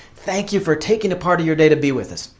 thank you for taking a part of your day to be with us.